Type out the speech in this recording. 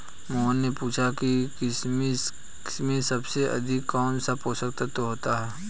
मोहन ने पूछा कि किशमिश में सबसे अधिक कौन सा पोषक तत्व होता है?